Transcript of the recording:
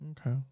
Okay